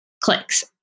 clicks